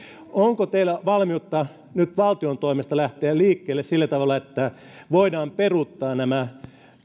onko teillä valmiutta nyt valtion toimesta lähteä liikkeelle sillä tavalla että voidaan peruuttaa nämä